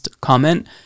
comment